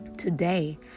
Today